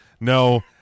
no